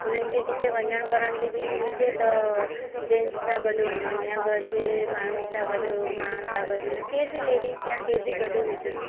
हुननि खे किथे वञण करण जी बि हुजे त जेट्स सां ॻॾ वञिणो या घर जे माण्हूनि सां ॻॾ माउ सां ॻॾ या केरु बि लेडीज या केरु बि ॻॾ हुजे